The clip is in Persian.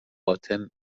باطن